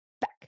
back